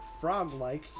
frog-like